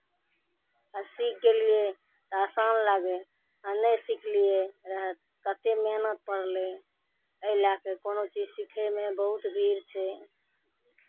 आ सीखि गेलियै तऽ आसान लागै आ नहि सिखलियै रहय कतेक मेहनत पड़लै एहि लए कऽ कोनो चीज सीखयमे बहुत भीड़ छै